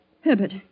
Herbert